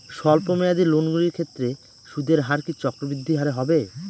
স্বল্প মেয়াদী লোনগুলির ক্ষেত্রে সুদের হার কি চক্রবৃদ্ধি হারে হবে?